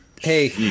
Hey